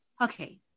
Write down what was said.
okay